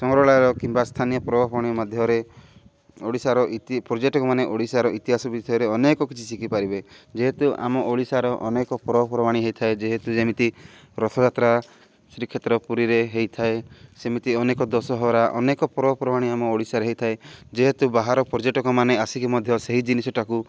ସଂଗ୍ରାଳୟ କିମ୍ବା ସ୍ଥାନୀୟ ପର୍ବପର୍ବାଣି ମଧ୍ୟରେ ଓଡ଼ିଶାର ଇତି ପର୍ଯ୍ୟଟକ ମାନେ ଓଡ଼ିଶାର ଇତିହାସ ବିଷୟରେ ଅନେକ କିଛି ଶିଖିପାରିବେ ଯେହେତୁ ଆମ ଓଡ଼ିଶାର ଅନେକ ପର୍ବପର୍ବାଣି ହେଇଥାଏ ଯେହେତୁ ଯେମିତି ରଥଯାତ୍ରା ଶ୍ରୀକ୍ଷେତ୍ର ପୁରୀରେ ହେଇଥାଏ ସେମିତି ଅନେକ ଦଶହରା ଅନେକ ପର୍ବପର୍ବାଣି ଆମ ଓଡ଼ିଶାରେ ହେଇଥାଏ ଯେହେତୁ ବାହାର ପର୍ଯ୍ୟଟକମାନେ ଆସିକି ମଧ୍ୟ ସେହି ଜିନିଷଟାକୁ